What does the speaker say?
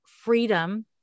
freedom